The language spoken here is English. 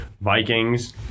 Vikings